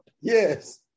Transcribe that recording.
Yes